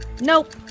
Nope